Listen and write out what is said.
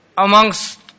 amongst